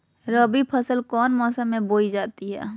रबी फसल कौन मौसम में बोई जाती है?